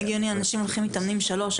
לא הגיוני שאנשים שמתאמנים שלוש,